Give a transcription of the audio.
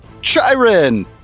Chiron